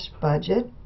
budget